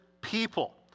people